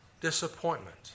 disappointment